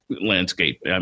landscape